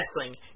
wrestling